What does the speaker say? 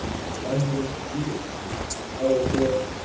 the wondrous judas-tree at our door,